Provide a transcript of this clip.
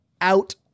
out